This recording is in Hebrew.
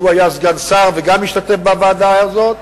שהיה סגן שר וגם השתתף בוועדה הזאת,